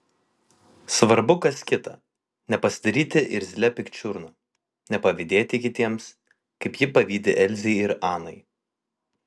svarbu kas kita nepasidaryti irzlia pikčiurna nepavydėti kitiems kaip ji pavydi elzei ir anai